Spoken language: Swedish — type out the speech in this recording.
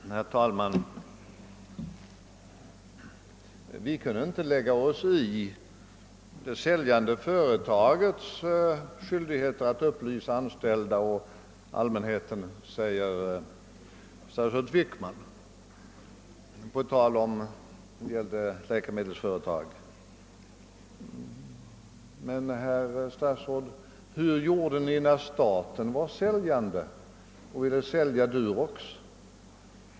Herr talman! Vi kunde inte lägga oss i det säljande företagets skyldigheter att upplysa de anställda och allmänheten, säger statsrådet Wickman på tal om läkemedelsföretaget. Men, herr statsråd, hur gjorde ni när staten var säljare och ville avyttra Durox?